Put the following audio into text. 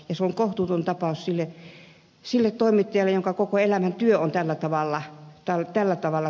se on kohtuuton tapaus sille toimittajalle jonka koko elämäntyö on tällä tavalla tuhottu